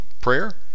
Prayer